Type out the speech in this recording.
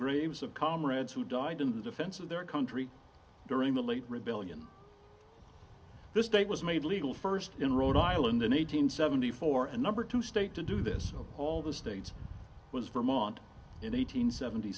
graves of comrades who died in the defense of their country during the late rebellion this state was made legal first in rhode island in eight hundred seventy four and number two state to do this all the states was vermont in eight hundred seventy